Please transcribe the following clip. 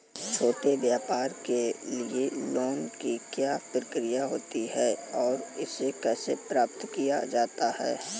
छोटे व्यापार के लिए लोंन की क्या प्रक्रिया होती है और इसे कैसे प्राप्त किया जाता है?